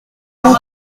pont